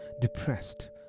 depressed